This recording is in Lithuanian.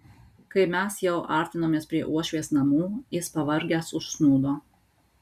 kai mes jau artinomės prie uošvės namų jis pavargęs užsnūdo